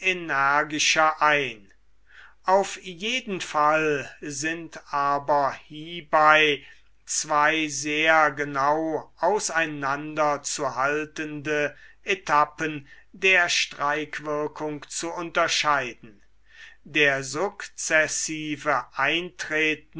energischer ein auf jeden fall sind aber hiebei zwei sehr genau auseinander zu haltende etappen der streikwirkung zu unterscheiden der sukzessive eintretende